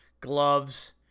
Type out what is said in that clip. gloves